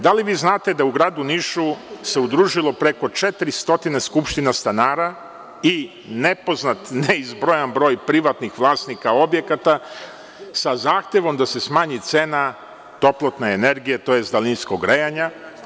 Da li vi znate da u gradu Nišu se udružilo preko 400 skupština stanara i nepoznat broj, neizbrojan broj privatnih vlasnika objekata sa zahtevom da se smanji cena toplotne energije, tj, daljinskog grejanja.